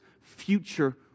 future